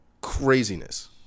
craziness